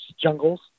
jungles